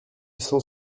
cent